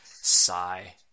sigh